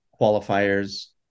qualifiers